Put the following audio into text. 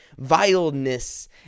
vileness